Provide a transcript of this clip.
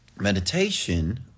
Meditation